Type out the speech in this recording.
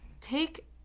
Take